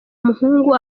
muhungu